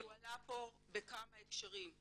הוא עלה פה בכמה הקשרים.